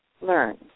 learn